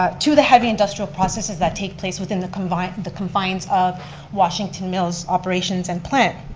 ah to the heavy industrial processes that take place within the confines the confines of washington mills operations and plant.